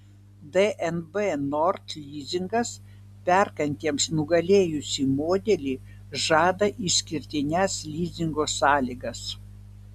dnb nord lizingas perkantiems nugalėjusį modelį žada išskirtines lizingo sąlygas